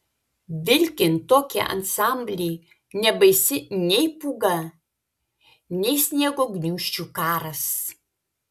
vilkint tokį ansamblį nebaisi nei pūga nei sniego gniūžčių karas